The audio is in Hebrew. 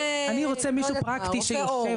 רופא עור,